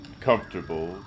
comfortable